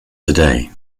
today